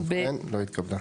4 ההסתייגות לא התקבלה.